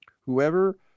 Whoever